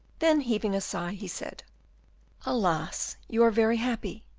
then heaving a sigh, he said alas! you are very happy,